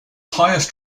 highest